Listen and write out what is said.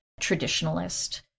traditionalist